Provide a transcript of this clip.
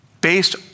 Based